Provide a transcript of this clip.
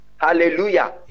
hallelujah